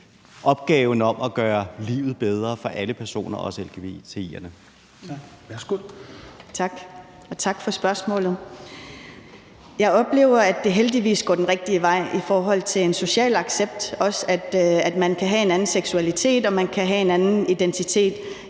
Helveg Petersen): Værsgo. Kl. 20:33 Aaja Chemnitz Larsen (IA): Tak, og tak for spørgsmålet. Jeg oplever, at det heldigvis går den rigtige vej i forhold til en social accept, altså at man kan have en anden seksualitet, og at man kan have en anden identitet